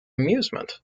amusement